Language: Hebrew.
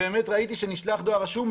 ראיתי שנשלח דואר רשום.